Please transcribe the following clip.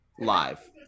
live